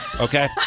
Okay